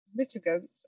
mitigants